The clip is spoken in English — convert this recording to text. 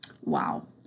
Wow